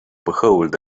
behold